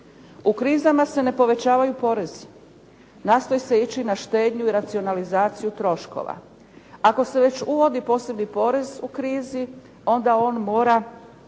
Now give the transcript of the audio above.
U krizama se ne povećavaju porezi. Nastoji se ići na štednju i racionalizaciju troškova. Ako se već uvodi posebni porez u krizi onda on mora